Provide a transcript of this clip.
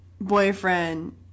boyfriend